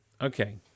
okay